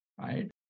right